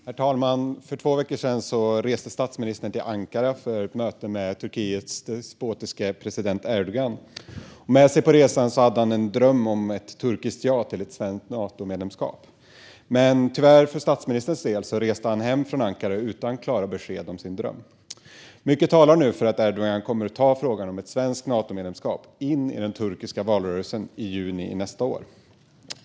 Herr talman! För två veckor sedan reste statsministern till Ankara för ett möte med Turkiets despotiske president Erdogan. Med sig på resan hade han en dröm om ett turkiskt ja till ett svenskt Natomedlemskap. Men tyvärr för statsministerns del reste han hem från Ankara utan klara besked om sin dröm. Mycket talar för att Erdogan kommer att ta frågan om ett svenskt Natomedlemskap in i den turkiska valrörelsen i juni nästa år.